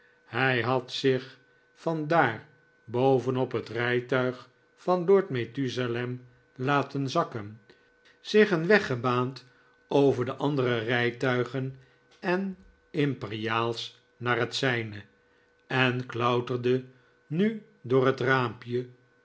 hij had zich van daar boven op het rijtuig van lord methusalem laten zakken zich een weg gebaand over de andere rijtuigen en imperiaals naar het zijne en klauterde nu door het raampje